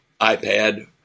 iPad